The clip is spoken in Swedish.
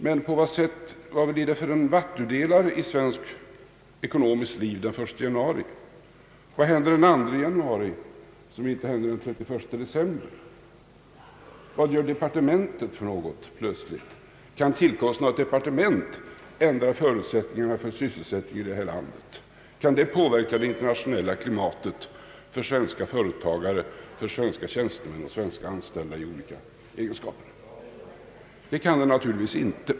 Men vad blir det för vat Ang. näringspolitiken tendelare i svenskt ekonomiskt liv den 1 januari? Vad händer den 2 januari som inte händer den 31 december? Vad gör departementet plötsligt? Kan tillkomsten av ett departement ändra förutsättningarna för sysselsättningen här i landet? Kan det påverka det internationella klimatet för svenska företagare, för svenska tjänstemän och för svenska anställda i alla egenskaper? Det kan det naturligtvis inte.